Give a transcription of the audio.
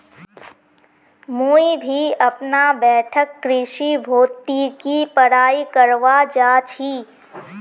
मुई भी अपना बैठक कृषि भौतिकी पढ़ाई करवा चा छी